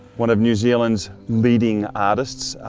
one of new zealand's leading artists,